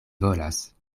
volas